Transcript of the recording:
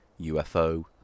UFO